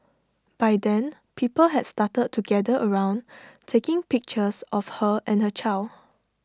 by then people had started to gather around taking pictures of her and her child